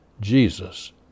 Jesus